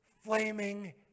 flaming